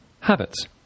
habits